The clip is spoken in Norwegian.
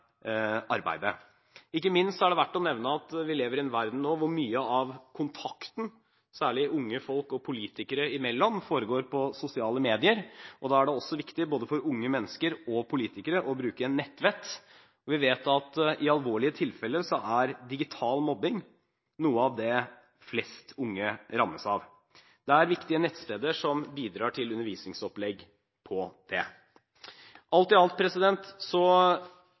arbeidet. Ikke minst er det verdt å nevne at vi lever i en verden nå hvor mye av kontakten, særlig unge folk og politikere imellom, foregår på sosiale medier, og da er det også viktig – både for unge mennesker og politikere – å bruke nettvett. Vi vet at i alvorlige tilfeller så er digital mobbing noe av det flest unge rammes av. Det er viktige nettsteder som bidrar til undervisningsopplegg på det. Alt i alt så